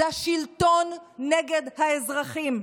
זה השלטון נגד האזרחים.